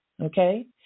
okay